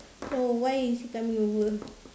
so why is he coming over